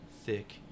thick